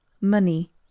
money